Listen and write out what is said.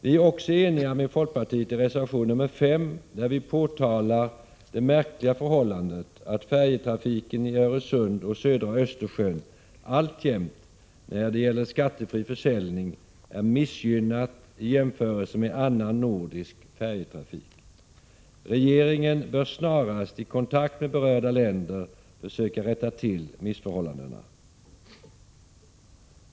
Vi är också eniga med folkpartiet i reservation nr 5, där vi påtalar det märkliga förhållandet att färjetrafiken i Öresund och södra Östersjön alltjämt när det gäller skattefri försäljning är missgynnad i jämförelse med annan nordisk färjetrafik. Regeringen bör snarast i kontakt med berörda länder försöka rätta till missförhållandena.